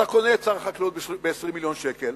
אתה קונה את שר החקלאות ב-20 מיליון שקל,